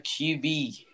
QB